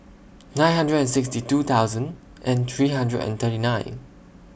nine hundred and sixty two thousand and three hundred and thirty nine